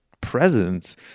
presence